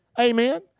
Amen